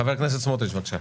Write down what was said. חבר הכנסת סמוטריץ', בבקשה.